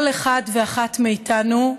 כל אחד ואחת מאיתנו,